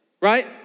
Right